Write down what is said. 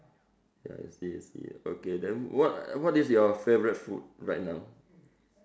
ya I see I see okay then what what is your favourite food right now